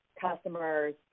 customers